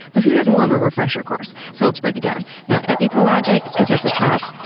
but who doesn't love a refresher course? so let's break it down you know epipelagic is at the top.